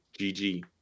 gg